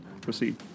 Proceed